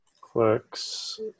Clicks